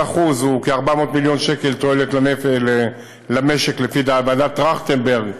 כל 1% הוא כ-400 מיליון שקל תועלת למשק לפי ועדת טרכטנברג,